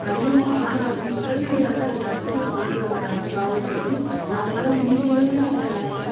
அதிகமாக ஆனாலும் உடனடியாக அதை கட்டுக்குள்ளே கொண்டு வந்துடுறாங்க காவல்துறை அதனால் முந்தி இருந்த